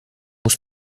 muss